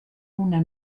una